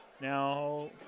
Now